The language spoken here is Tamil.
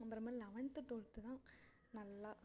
அப்புறமா லெவன்த் டுவெல்த் தான் நல்லா